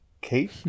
Kate